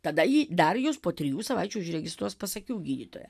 tada ji dar jus po trijų savaičių užregistruos pas akių gydytoją